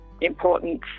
importance